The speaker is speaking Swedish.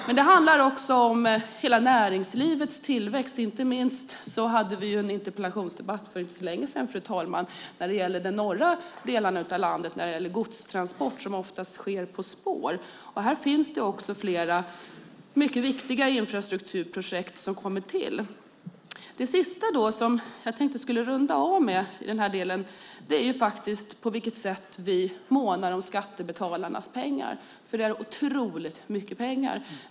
Men det handlar också om hela näringslivets tillväxt. Vi hade en interpellationsdebatt för inte så länge sedan, fru talman, som gällde de norra delarna av landet och godstransport som oftast sker på spår. Här finns det också flera mycket viktiga infrastrukturprojekt som kommer till. Det som jag tänkte runda av med i den här delen är på vilket sätt vi månar om skattebetalarnas pengar, för det är otroligt mycket pengar.